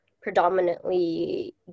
predominantly